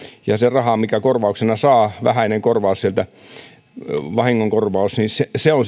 ja se raha minkä korvauksena saa vähäinen vahingonkorvaus sieltä on